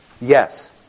Yes